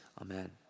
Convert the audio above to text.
Amen